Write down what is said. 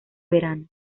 verano